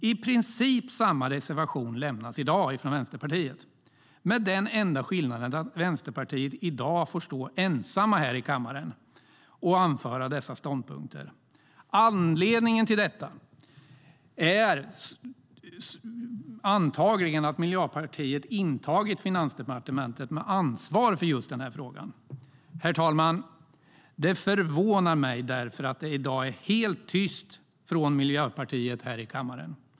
I princip samma reservation lämnas i dag av Vänsterpartiet, med den enda skillnaden att Vänsterpartiet i dag får stå ensamt här i kammaren och anföra dessa ståndpunkter. Anledningen till detta är antagligen att Miljöpartiet har intagit Finansdepartementet, med ansvar för just den här frågan. Herr talman! Det förvånar mig därför att det i dag är helt tyst från Miljöpartiet här i kammaren.